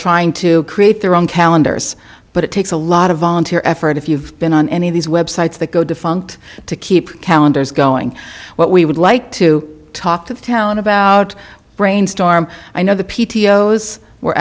trying to create their own calendars but it takes a lot of volunteer effort if you've been on any of these websites that go defunct to keep calendars going what we would light to talk to the town about brainstorm i know the p